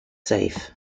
safe